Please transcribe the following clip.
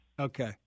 Okay